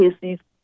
cases